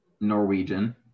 Norwegian